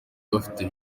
bafise